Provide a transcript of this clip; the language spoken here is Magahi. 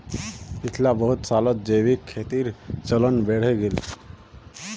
पिछला बहुत सालत जैविक खेतीर चलन बढ़े गेले